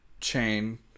chain